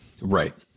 Right